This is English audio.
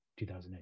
2008